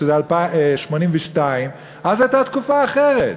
שזה 1982. אז הייתה תקופה אחרת.